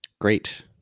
Great